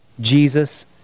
Jesus